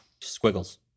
Squiggles